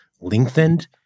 lengthened